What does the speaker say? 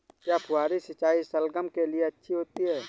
क्या फुहारी सिंचाई शलगम के लिए अच्छी होती है?